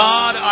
God